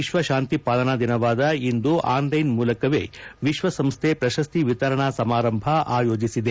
ವಿಕ್ಷ ಶಾಂತಿ ಪಾಲನಾದಿನವಾದ ಇಂದು ಆನ್ಲೈನ್ ಮೂಲಕವೇ ವಿಶ್ವಸಂಸ್ಥೆ ಪ್ರಶಸ್ತಿ ವಿತರಣಾ ಸಮಾರಂಭ ಆಯೋಜಿಸಿದೆ